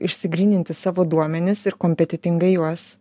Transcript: išsigryninti savo duomenis ir kompetentingai juos